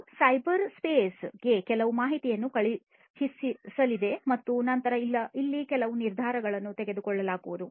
ಇದು ಸೈಬರ್ ಸ್ಪೇಸ್ಗೆ ಕೆಲವು ಮಾಹಿತಿಯನ್ನು ಕಳುಹಿಸಲಿದೆ ಮತ್ತು ನಂತರ ಇಲ್ಲಿ ಕೆಲವು ನಿರ್ಧಾರಗಳನ್ನು ತೆಗೆದುಕೊಳ್ಳಲಾಗುವುದು